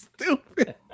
Stupid